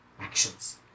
actions